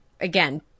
again